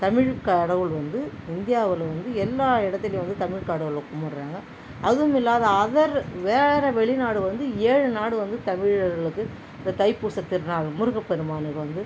தமிழ் கடவுள் வந்து இந்தியாவில் வந்து எல்லா இடத்துலேயும் வந்து தமிழ் கடவுளை கும்பிடுறாங்க அதுவும் இல்லாது அதர் வேற வெளிநாடு வந்து ஏழு நாடு வந்து தமிழர்களுக்கு இந்த தை பூசத்திருநாள் முருகப் பெருமானுக்கு வந்து